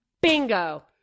Bingo